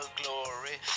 glory